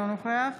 אינו נוכח